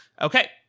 Okay